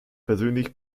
persönlich